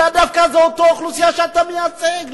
זאת האוכלוסייה שאתה מייצג.